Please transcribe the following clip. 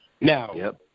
Now